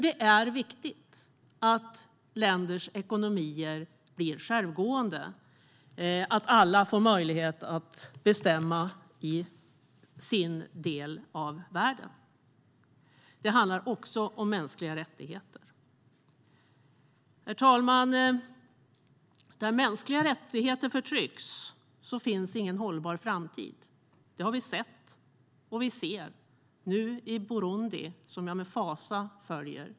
Det är viktigt att länders ekonomier blir självgående och att alla får möjlighet att bestämma i sin del av världen. Det handlar också om mänskliga rättigheter. Herr talman! När mänskliga rättigheter förtrycks finns ingen hållbar framtid. Det har vi sett, och vi ser det nu i Burundi, som jag med fasa följer.